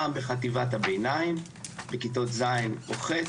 פעם בחטיבת הביניים, בכיתות ז'-ח',